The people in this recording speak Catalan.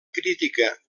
crítica